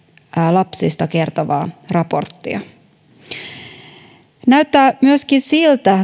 lapsista kertovaa raporttia tämän raportin mukaan näyttää myöskin siltä